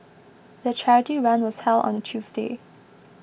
the charity run was held on a Tuesday